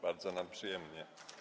Bardzo nam przyjemnie.